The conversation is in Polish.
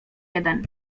jeden